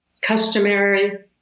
customary